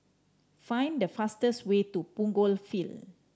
find the fastest way to Punggol Field